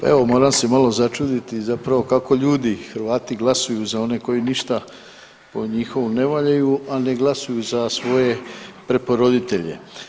Pa evo moram se malo začuditi zapravo kako ljudi, Hrvati glasuju za one koji ništa po njihovom ne valjaju, a ne glasuju za svoje preporoditelje.